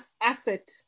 asset